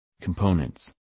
Components